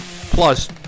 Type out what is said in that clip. plus